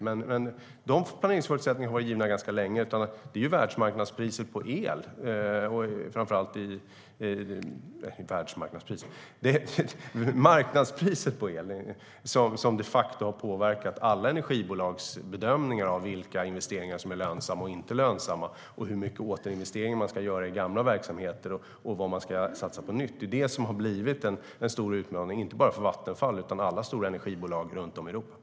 Men de planeringsförutsättningarna har gällt ganska länge. Det är marknadspriset på el som de facto har påverkat alla energibolags bedömningar av vilka investeringar som är lönsamma och inte lönsamma och hur mycket återinvestering som man ska göra i gamla anläggningar eller om man ska satsa på nytt. Det är det som är den stora utmaningen, inte bara för Vattenfall utan för alla stora energibolag runt om i Europa.